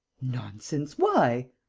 nonsense! why?